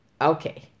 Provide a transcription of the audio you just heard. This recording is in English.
okay